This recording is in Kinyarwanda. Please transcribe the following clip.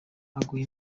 aguha